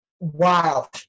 Wow